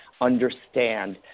understand